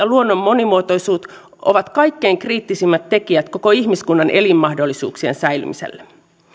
luonnon monimuotoisuus ovat kaikkein kriittisimmät tekijät koko ihmiskunnan elinmahdollisuuksien säilymisessä